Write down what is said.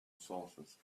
sources